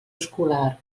escolar